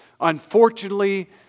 unfortunately